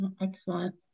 Excellent